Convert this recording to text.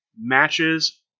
matches